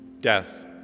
death